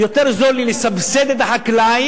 יותר זול לי לסבסד את החקלאי,